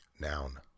noun